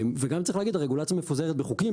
וגם צריך להגיד שהרגולציה מפוזרת בחוקים,